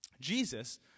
Jesus